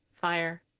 Fire